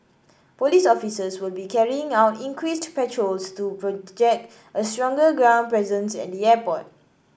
police officers will be carrying out increased patrols to project a stronger ground presence at the airport